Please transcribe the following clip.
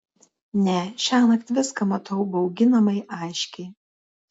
ne šiąnakt viską matau bauginamai aiškiai